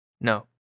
No